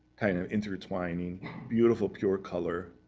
kind of intertwining beautiful, pure color.